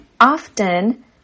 often